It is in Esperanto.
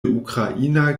ukraina